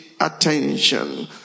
attention